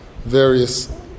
various